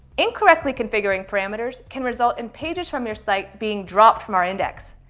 incorrectly configuring parameters can result in pages from your site being dropped from our index.